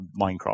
Minecraft